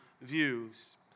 views